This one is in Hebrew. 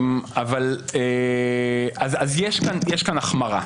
אם כן, יש כאן החמרה.